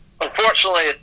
Unfortunately